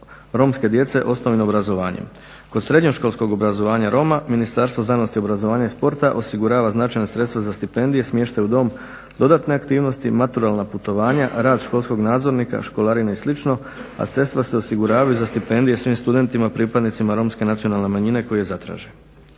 romske djece osnovnim obrazovanjem. Kod srednjoškolskog obrazovanja Roma Ministarstvo znanosti, obrazovanja i sporta osigurava značajna sredstva za stipendije, smještaj u dom, dodatne aktivnosti, maturalna putovanja, rad školskog nadzornika, školarine i slično a sredstva se osiguravaju za stipendije svim studentima pripadnicima Romske nacionalne manjine koji je zatražen.